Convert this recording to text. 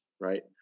right